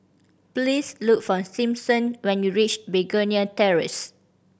please look for Simpson when you reach Begonia Terrace